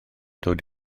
dod